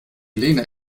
lehne